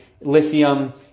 lithium